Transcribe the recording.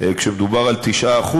כשמדובר על 9%,